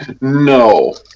No